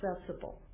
accessible